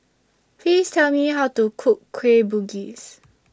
Please Tell Me How to Cook Kueh Bugis